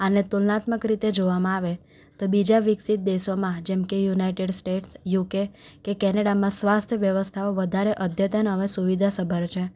આને તુલનાત્મક રીતે જોવામાં આવે તો બીજા વિકસિત દેશોમાં જેમકે યુનાઇટેડ સ્ટેટ યુકે કે કેનેડામાં સ્વાસ્થ્ય વ્યવસ્થાઓ વધારે અદ્યતન અને સુવિધા સભર છે